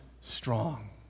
strong